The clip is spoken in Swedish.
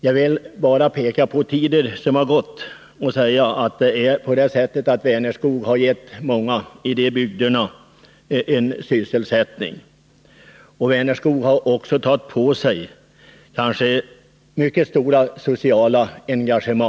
Jag vill bara peka på de tider som har gått och säga att Vänerskog givit många i de bygderna sysselsättning. Vänerskog har också tagit på sig mycket stora sociala uppgifter.